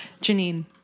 Janine